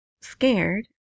scared